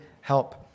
help